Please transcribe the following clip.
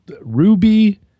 Ruby